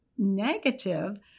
negative